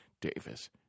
Davis